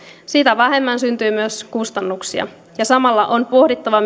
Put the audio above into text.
sitä vähemmän syntyy myös kustannuksia ja samalla on pohdittava